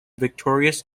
victorious